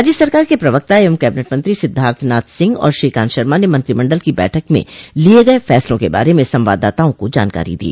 राज्य सरकार के प्रवक्ता एवं कैबिनेट मंत्री सिद्धार्थनाथ सिंह और श्रीकान्त शर्मा ने मंत्रिमण्डल की बैठक में लिये गये फैसलों के बारे में संवाददाताओं को जानकारी दी